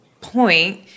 point